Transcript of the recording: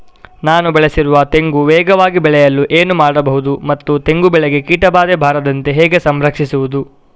ನಾನು ಬೆಳೆಸಿರುವ ತೆಂಗು ವೇಗವಾಗಿ ಬೆಳೆಯಲು ಏನು ಮಾಡಬಹುದು ಮತ್ತು ತೆಂಗು ಬೆಳೆಗೆ ಕೀಟಬಾಧೆ ಬಾರದಂತೆ ಹೇಗೆ ಸಂರಕ್ಷಿಸುವುದು?